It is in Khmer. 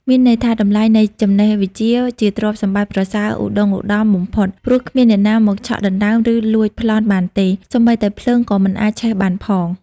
មានន័យថា តម្លៃនៃចំណេះវិជ្ជា ជាទ្រព្យសម្បត្តិប្រសើរឧត្តុង្គឧត្តមបំផុត ព្រោះគ្មានអ្នកណាមកឆក់ដណ្ដើម ឬលួចប្លន់បានទេ សូម្បីតែភ្លើងក៏មិនអាចឆេះបានផង ។